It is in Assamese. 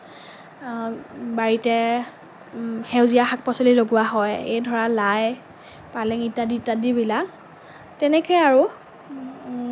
বাৰীতে সেউজীয়া শাক পাচলি লগোৱা হয় এই ধৰা লাই পালেং ইত্যাদি ইত্যাদিবিলাক তেনেকেই আৰু